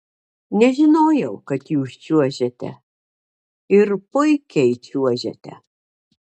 nežinojau kad jūs čiuožiate ir puikiai čiuožiate